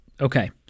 Okay